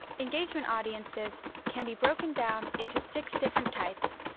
engagement audiences can be broken down into six different types,